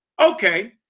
Okay